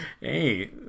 Hey